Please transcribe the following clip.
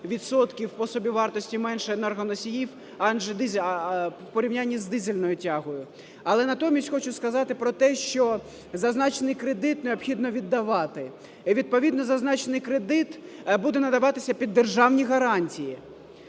відсотків по собівартості менше енергоносіїв у порівнянні з дизельною тягою. Але натомість хочу сказати про те, що зазначений кредит необхідно віддавати, і відповідно зазначений кредит буде надаватися під державні гарантії.